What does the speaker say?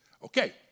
Okay